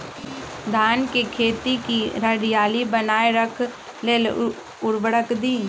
धान के खेती की हरियाली बनाय रख लेल उवर्रक दी?